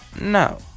No